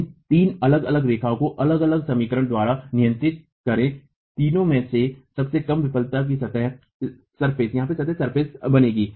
इन तीन अलग अलग रेखाओं को अलग अलग समीकरण द्वारा नियंत्रित करें तीनों में से सबसे कम विफलता की सतह बनेगी